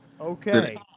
okay